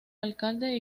alcalde